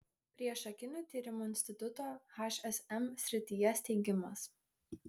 priešakinių tyrimų instituto hsm srityje steigimas